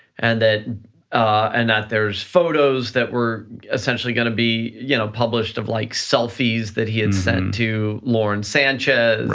and that and that there's photos that we're essentially gonna be you know published of like selfies that he had sent to lauren sanchez,